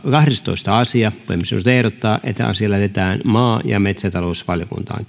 kahdestoista asia puhemiesneuvosto ehdottaa että asia lähetetään maa ja metsätalousvaliokuntaan